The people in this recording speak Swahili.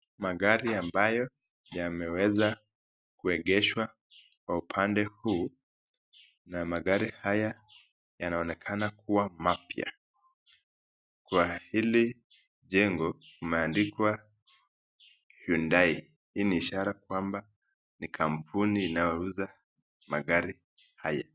Magari ambayo yameweza kuegeshwa kwa upande huu na magari haya yanaonekana kuwa mapya. Kwa hili jengo kumeandikwa Hyundai . Hii ni ishara kwamba ni kampuni inayouza magari haya.